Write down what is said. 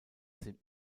sind